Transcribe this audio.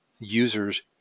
users